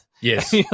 Yes